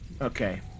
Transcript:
Okay